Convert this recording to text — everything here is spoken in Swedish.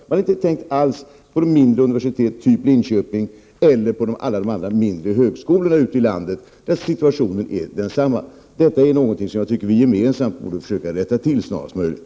Man har inte alls tänkt på de mindre universiteten, typ Linköping, eller på alla de mindre högskolorna ute i landet, där situationen är densamma som i Linköping. Detta är någonting som jag tycker att vi gemensamt borde försöka rätta till snarast möjligt.